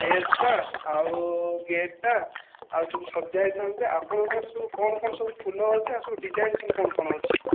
ଷ୍ଟେଜ୍ଟା ଆଉ ଗେଟ୍ଟା ଆଉ ସବୁ ସଜା ହେଇଥାନ୍ତା ଆପଣଙ୍କ ପାଖରେ ସବୁ କଣ କଣ ସବୁ ଫୁଲ ଅଛି ଆଉ ସବୁ ଡିଜାଇନ ସବୁ କଣ କଣ ଅଛି